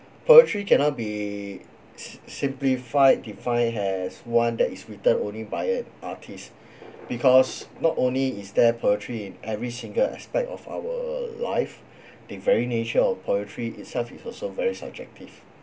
poetry cannot be simplified define as one that is written only by an artist because not only is there poetry in every single aspect of our life the very nature of poetry itself is also very subjective